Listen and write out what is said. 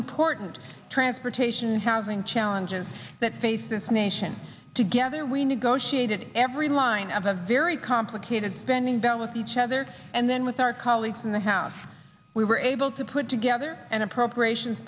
important transportation housing challenges that face this nation together and we negotiated every line of a very complicated spending bell with each other and then with our colleagues in the house we were able to put together an appropriations